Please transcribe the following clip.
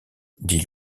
dit